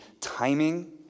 timing